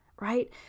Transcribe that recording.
right